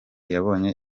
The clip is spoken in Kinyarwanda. yabonye